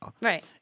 Right